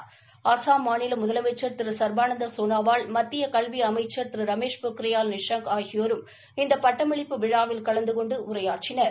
இந்த விழாவில் அஸ்ஸாம் மாநில முதலமைச்ச் திரு ச்பானந்த சோனாவால் மத்திய கல்வி அமைச்சர் திரு ரமேஷ் பொக்ரியால் ஆகியோரும் இந்த பட்டமணிப்பு விழாவில் கலந்து கொண்டு உரையாற்றினார்